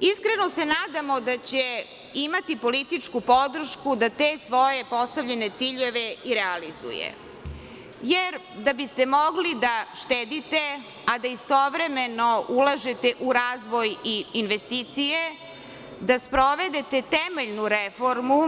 Iskreno se nadamo da će imati političku podršku da te svoje postavljene ciljeve i realizuje, jer da biste mogli da štedite, a da istovremeno ulažete u razvoj i investicije, da sprovedete temeljnu reformu